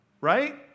right